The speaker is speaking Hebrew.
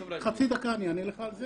חצי דקה, אני אענה לך על זה.